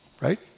right